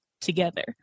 together